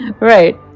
Right